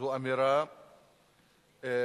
זו אמירה קשה,